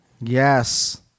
Yes